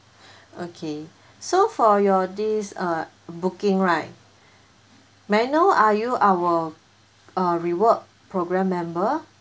okay so for your this uh booking right may I know are you our uh reward program member